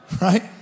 Right